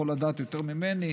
יכול לדעת יותר ממני,